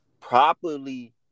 properly